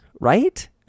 right